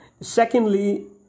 Secondly